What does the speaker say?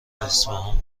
اصفهان